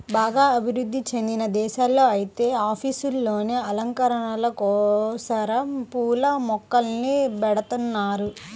బాగా అభివృధ్ధి చెందిన దేశాల్లో ఐతే ఆఫీసుల్లోనే అలంకరణల కోసరం పూల మొక్కల్ని బెడతన్నారు